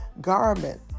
garment